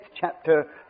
chapter